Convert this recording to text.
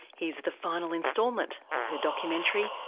here's the final instalment of her documentary,